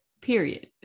period